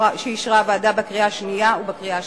שאישרה הוועדה בקריאה שנייה ובקריאה שלישית.